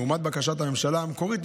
לעומת בקשת הממשלה המקורית,